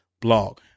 blog